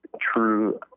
true